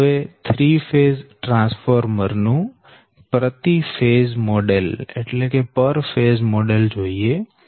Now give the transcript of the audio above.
આપણે હવે 3 phase transformer નું પ્રતિ ફેઝ મોડેલ જોઈએ